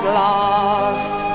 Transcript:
lost